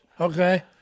okay